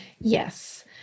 Yes